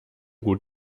gut